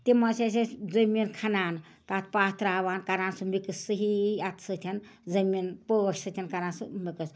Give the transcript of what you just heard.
تِم حظ ٲسۍ أسۍ زٔمیٖن کھنان تَتھ پہہ تراوان کران سُہ مِکٕس صحیح اَتھ سۭتۍ زٔمیٖن پٲش سۭتۍ کران سُہ مِکٕس